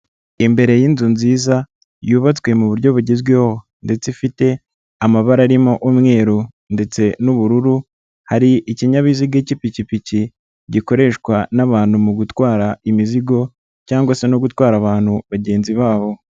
Imbere y'inzu nziza yubatswe mu buryo bugezweho ndetse ifite amabara arimo umweru ndetse n'ubururu, hari ikinyabiziga cy'ipikipiki gikoreshwa n'abantu mu gutwara imizigo cyangwa se no gutwara abantu bagenzi babo.